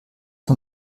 von